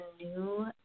new